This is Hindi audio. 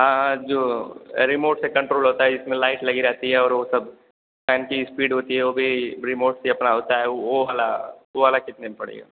हाँ हाँ जो रिमोटे से कंट्रोल होता हे जिसमें लाइट लगी रहती है और वह सब फैन की ईस्पीड होती है ओ भी रिमोट से अपना होता है ओ वाला ओ वाला कितने में पड़ेगा